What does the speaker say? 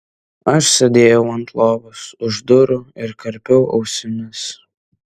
aš sėdėjau ant lovos už durų ir karpiau ausimis